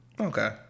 Okay